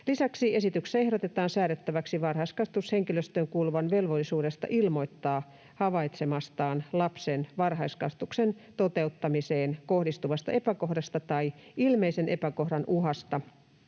Lisäksi esityksessä ehdotetaan säädettäväksi varhaiskasvatushenkilöstöön kuuluvan velvollisuudesta ilmoittaa havaitsemastaan lapsen varhaiskasvatuksen toteuttamiseen kohdistuvasta epäkohdasta tai ilmeisen epäkohdan uhasta